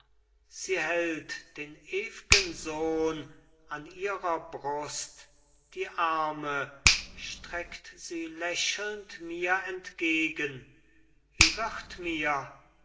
sie hält den ewgen sohn an ihrer brust die arme streckt sie lächelnd mir entgegen wie wird mir